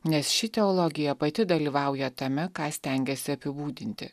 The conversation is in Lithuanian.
nes ši teologija pati dalyvauja tame ką stengiasi apibūdinti